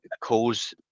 cause